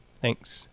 Thanks